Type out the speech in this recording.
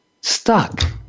stuck